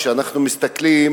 כשאנחנו מסתכלים